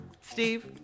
Steve